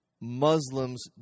Muslims